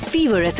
Fever